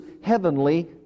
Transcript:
heavenly